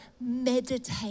meditate